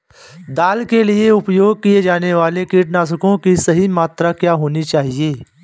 दाल के लिए उपयोग किए जाने वाले कीटनाशकों की सही मात्रा क्या होनी चाहिए?